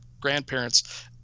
grandparents